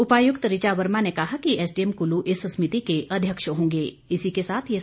उपायुक्त ऋचा वर्मा ने कहा कि एसडीएम कुल्लू इस समिति के अध्यक्ष होंगे